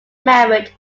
married